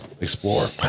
explore